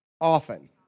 Often